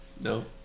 No